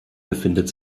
befindet